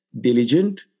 diligent